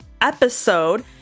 episode